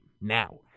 now